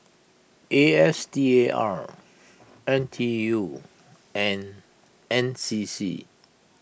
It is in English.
A S T A R N T U and N C C